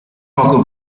poco